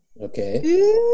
Okay